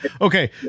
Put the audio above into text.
okay